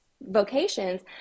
vocations